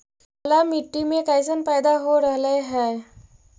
काला मिट्टी मे कैसन पैदा हो रहले है?